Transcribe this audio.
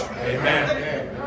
Amen